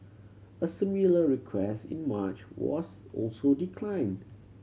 a similar request in March was also declined